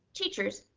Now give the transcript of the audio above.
teachers,